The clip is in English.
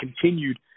continued